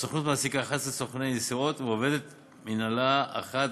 הסוכנות מעסיקה 11 סוכני נסיעות ועובדת מינהלה אחת,